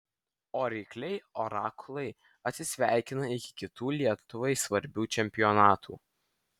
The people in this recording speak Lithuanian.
o rykliai orakulai atsisveikina iki kitų lietuvai svarbių čempionatų